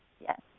Yes